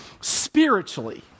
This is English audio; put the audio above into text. spiritually